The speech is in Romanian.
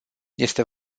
este